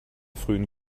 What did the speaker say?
frühen